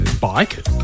bike